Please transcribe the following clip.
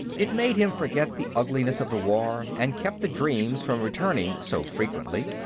it made him forget the ugliness of the war, and kept the dreams from returning so frequently.